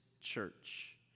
church